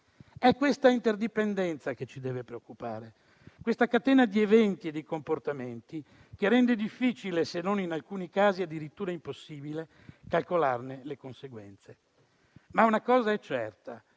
È questa interdipendenza che ci deve preoccupare, questa catena di eventi e dei comportamenti che rende difficile - se non, in alcuni casi, addirittura impossibile - calcolarne le conseguenze. Una cosa è certa: